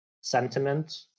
sentiment